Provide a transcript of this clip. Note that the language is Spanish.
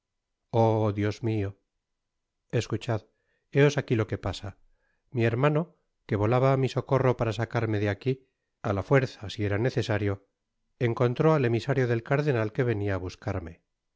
oh dios mio escuchad héos aqui lo que pasa mi hermano que volaba á mi socorro para sacarme de aqui á la fuerza si era necesario encontró al emisario del cardenal que venia á buscarme